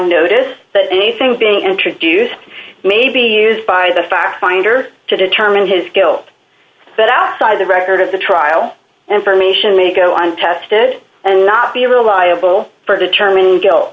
notice that anything being introduced may be used by the fact finder to determine his guilt but outside the record of the trial and formation may go on tested and not be reliable for determining guilt